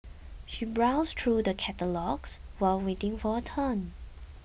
she browsed through the catalogues while waiting for her turn